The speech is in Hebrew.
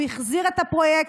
הוא החזיר את הפרויקט,